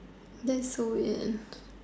that's so weird